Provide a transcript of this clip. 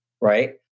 right